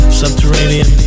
subterranean